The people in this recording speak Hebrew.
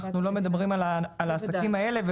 אנחנו לא מדברים על העסקים האלה,